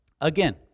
Again